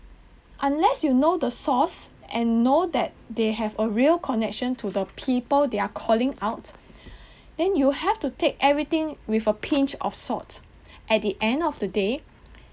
unless you know the source and know that they have a real connection to the people they're calling out then you have to take everything with a pinch of salt at the end of the day